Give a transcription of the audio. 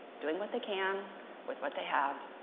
doing what they can with what they have,